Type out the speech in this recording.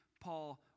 Paul